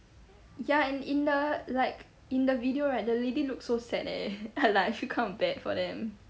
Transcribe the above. ya and in the like in the video right the lady looked so sad eh and I like feel kinda bad for them